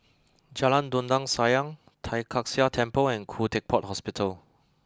Jalan Dondang Sayang Tai Kak Seah Temple and Khoo Teck Puat Hospital